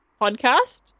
podcast